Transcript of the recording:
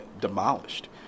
demolished